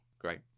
great